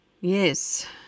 Yes